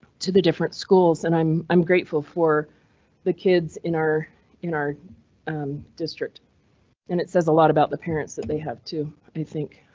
to the different schools, and i'm i'm grateful for the kids in our in our district and it says a lot about the parents that they have to, i think.